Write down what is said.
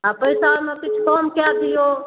आओर पइसामे किछु कम कऽ दिऔ